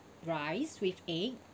rice with egg